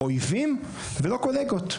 אויבים ולא קולגות.